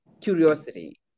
curiosity